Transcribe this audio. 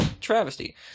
travesty